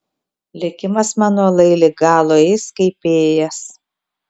likimas mano lai lig galo eis kaip ėjęs